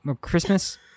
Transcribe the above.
Christmas